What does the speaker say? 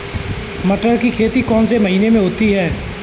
मटर की खेती कौन से महीने में होती है?